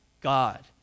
God